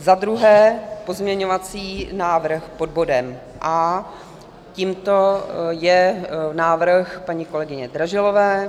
Za druhé pozměňovací návrh pod bodem A. Tímto je návrh paní kolegyně Dražilové.